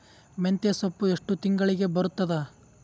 ಮೆಂತ್ಯ ಸೊಪ್ಪು ಎಷ್ಟು ತಿಂಗಳಿಗೆ ಬರುತ್ತದ?